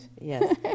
Yes